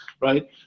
right